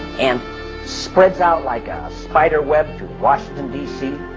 and spreads out like a spider web to washington, d c,